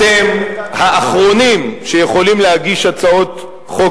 אתם האחרונים שיכולים להגיש הצעות חוק